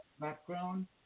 Background